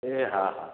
ए हा हा